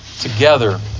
together